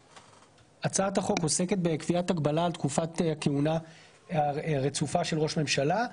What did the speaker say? הצעת החוק עוסקת בקביעת הגבלה על תקופת הכהונה הרצופה של ראש הממשלה.